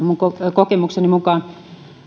kokemukseni mukaan